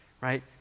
right